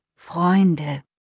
Freunde